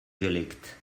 gelegt